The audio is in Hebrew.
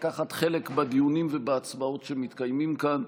לקחת חלק בדיונים ובהצבעות שמתקיימים כאן.